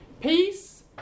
peace